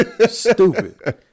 Stupid